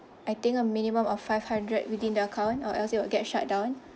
I think a minimum of five hundred within the account or else you will get shutdown